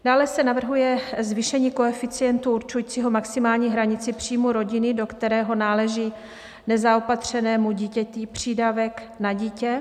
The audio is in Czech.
Dále se navrhuje zvýšení koeficientu určujícího maximální hranici příjmu rodiny, do kterého náleží nezaopatřenému dítěti přídavek na dítě.